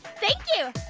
thank you.